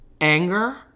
anger